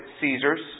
Caesar's